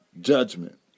judgment